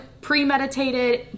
premeditated